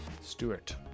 Stewart